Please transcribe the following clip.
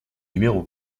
numéro